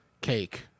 cake